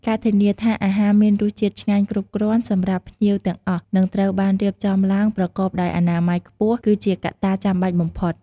ការធានាថាអាហារមានរសជាតិឆ្ងាញ់ គ្រប់គ្រាន់សម្រាប់ភ្ញៀវទាំងអស់ និងត្រូវបានរៀបចំឡើងប្រកបដោយអនាម័យខ្ពស់ គឺជាកត្តាចាំបាច់បំផុត។